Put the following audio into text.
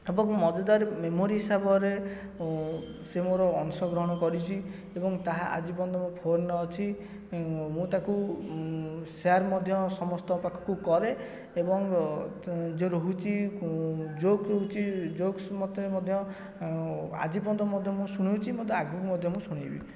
ଏବଂ ମଜାଦାର ମେମୋରି ହିସାବରେ ସେ ମୋର ଅଂଶଗ୍ରହଣ କରିଛି ଏବଂ ତାହା ଆଜି ପର୍ଯ୍ୟନ୍ତ ମୋ ଫୋନରେ ଅଛି ମୁଁ ତାକୁ ସେୟାର ମଧ୍ୟ ସମସ୍ତଙ୍କ ପାଖକୁ କରେ ଏବଂ ତ ଯେଉଁ ରହୁଛି ଜୋକ୍ ରହୁଛି ଜୋକ୍ସ ମୋତେ ମଧ୍ୟ ଆଜି ପର୍ଯ୍ୟନ୍ତ ମଧ୍ୟ ମୁଁ ଶୁଣୁଛି ମୋତେ ଆଗକୁ ମଧ୍ୟ ମୁଁ ଶୁଣେଇବି